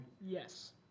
Yes